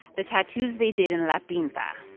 the tattoos they did in la pinta,